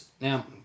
now